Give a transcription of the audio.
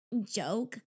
joke